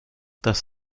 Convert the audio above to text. das